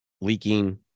leaking